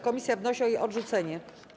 Komisja wnosi o jej odrzucenie.